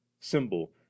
symbol